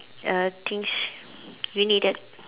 uh things you needed